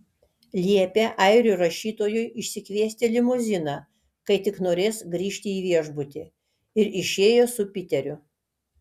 liepė airių rašytojui išsikviesti limuziną kai tik norės grįžti į viešbutį ir išėjo su piteriu